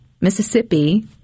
Mississippi